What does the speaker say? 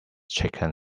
chicken